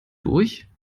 durch